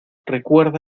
recuerda